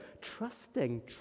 trusting